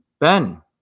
Ben